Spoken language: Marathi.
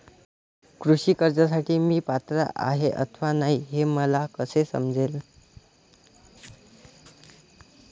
कृषी कर्जासाठी मी पात्र आहे अथवा नाही, हे मला कसे समजेल?